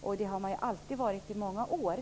Så har det varit i många år.